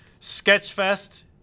Sketchfest